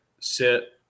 sit